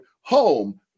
HOME